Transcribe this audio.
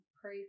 pray